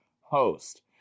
host